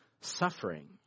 suffering